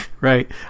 right